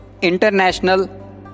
International